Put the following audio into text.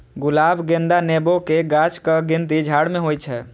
गुलाब, गेंदा, नेबो के गाछक गिनती झाड़ मे होइ छै